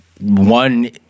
One